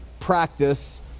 practice